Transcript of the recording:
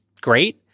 great